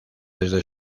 desde